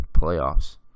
playoffs